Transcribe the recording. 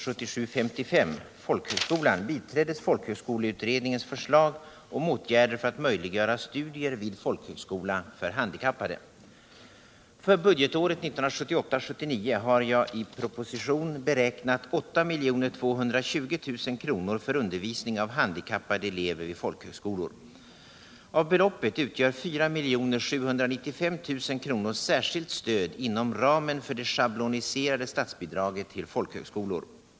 utbildning För budgetåret 1978 78:100 beräknat 8 220 000 kr. för undervisning av handikappade elever vid folkhögskolor. Av beloppet utgör 4 795 000 kr. särskilt stöd inom ramen för det schabloniserade statsbidraget till folkhögskolor.